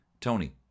Tony